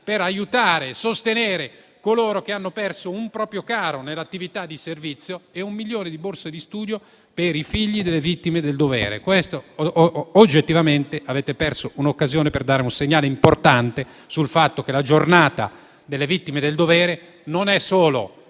per aiutare e sostenere coloro che hanno perso un proprio caro nell'attività di servizio e un milione per borse di studio per i figli delle vittime del dovere. Su questo, oggettivamente avete perso un'occasione per dare un segnale importante sul fatto che il Giorno del ricordo delle vittime del dovere non è solo